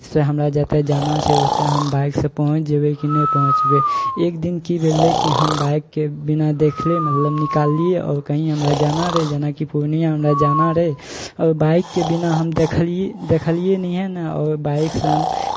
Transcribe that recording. से हमरा जतय जाना छै ओतय हम बाइकसँ पहुँच जेबै कि नहि पहुँचबै एक दिन की भेल रहै कि हम बाइककेँ बिना देखने मतलब निकाललियै आओर कहीँ हमरा जाना रहै जेनाकि पूर्णियाँ हमरा जाना रहै आओर बाइकके बिना हम देखलियै देखलियै नहिए ने आओर बाइकसँ हम